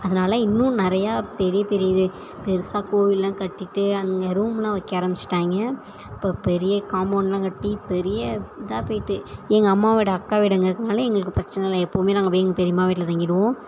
அதனால் இன்னும் நிறையா பெரிய பெரிய இது பெருசாக கோவில்லாம் கட்டிட்டு அங்கே ரூம்லாம் வைக்க ஆரம்பிச்சிட்டாங்க இப்போ பெரிய காம்பௌண்ட்லாம் கட்டி பெரிய இதாக போய்ட்டு எங்கள் அம்மாவோடய அக்கா வீடு அங்கே இருக்கறதுனால எங்களுக்கு பிரச்சனை இல்லை எப்போவுமே நாங்கள் போய் அங்கே பெரியம்மா வீட்டில் தங்கிவிடுவோம்